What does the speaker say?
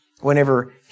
whenever